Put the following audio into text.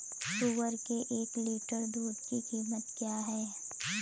सुअर के एक लीटर दूध की कीमत क्या है?